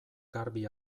garbi